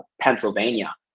Pennsylvania